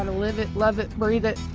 and live it, love it, breathe it,